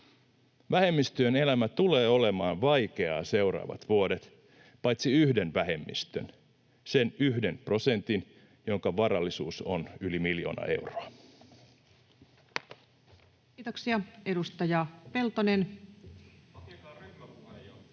Vähemmistöjen elämä tulee olemaan vaikeaa seuraavat vuodet — paitsi yhden vähemmistön, sen yhden prosentin, jonka varallisuus on yli miljoona euroa. Kiitoksia. — Edustaja Peltonen.